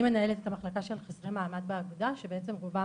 אני מנהלת את המחלקה של חסרי מעמד באגודה ואני